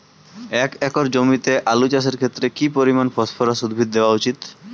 এক একর জমিতে আলু চাষের ক্ষেত্রে কি পরিমাণ ফসফরাস উদ্ভিদ দেওয়া উচিৎ?